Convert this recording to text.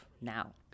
now